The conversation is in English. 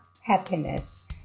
happiness